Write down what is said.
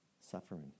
suffering